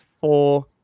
four